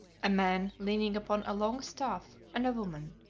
a man leaning upon a long staff and a woman.